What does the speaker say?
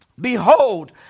behold